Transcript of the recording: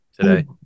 today